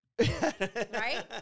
Right